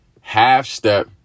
half-step